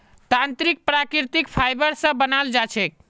तंत्रीक प्राकृतिक फाइबर स बनाल जा छेक